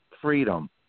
freedom